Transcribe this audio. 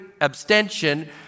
abstention